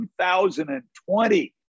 2020